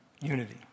unity